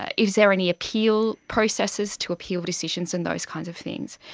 is there any appeal processes to appeal decisions, and those kinds of things.